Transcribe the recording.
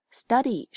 study